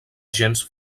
gens